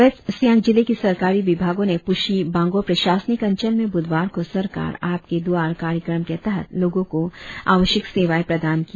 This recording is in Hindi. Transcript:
वेस्ट सियांग जिले के सरकारी विभागों ने पुशी बांग्गो प्रशासनिक अंचल में ब्रधवार को सरकार आपके द्वारा कार्यक्रम के तहत लोगों को आवश्यक सेवाएं प्रदान किया